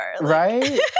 right